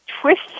twist